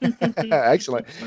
Excellent